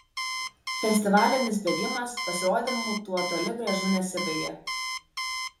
festivalinis bėgimas pasirodymu tuo toli gražu nesibaigė